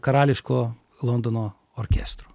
karališko londono orkestro